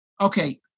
Okay